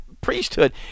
priesthood